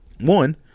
One